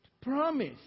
Promise